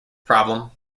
problem